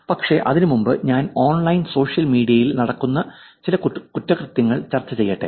പക്ഷേ അതിനുമുമ്പ് ഞാൻ ഓൺലൈൻ സോഷ്യൽ മീഡിയയിൽ നടക്കുന്ന ചില കുറ്റകൃത്യങ്ങൾ ചർച്ച ചെയ്യട്ടെ